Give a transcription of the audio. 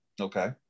Okay